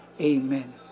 amen